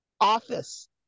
office